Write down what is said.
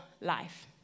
life